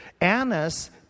Annas